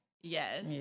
Yes